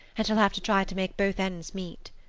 and shall have to try to make both ends meet.